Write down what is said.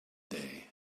day